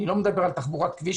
אני לא מדבר על תחבורת כביש.